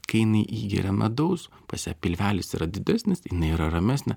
kai jinai įgeria medaus pas ją pilvelis yra didesnis jinai yra ramesnė